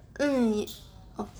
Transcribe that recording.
mm